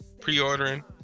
pre-ordering